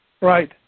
Right